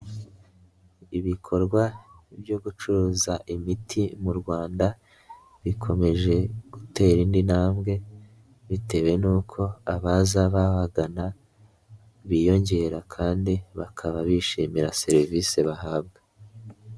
Ibikorwa byo gucuruza imiti mu Rwanda bikomeje gutera indi ntambwe bitewe n'uko abaza babagana biyongera kandi bakaba bishimira serivisi bahabwa.